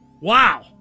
Wow